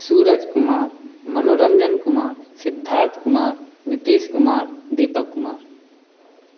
Suraj Kumar Manoranjan Kumar Siddharth Kumar Nitish Kumar Deepak Kumar